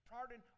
Pardon